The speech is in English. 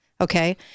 Okay